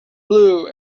blue